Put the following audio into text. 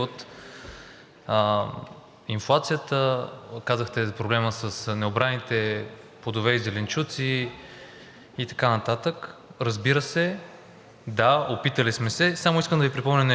инфлацията. Казахте за проблема с необраните плодове и зеленчуци, и така нататък. Разбира се, да, опитали сме се. Само искам да Ви припомня нещо.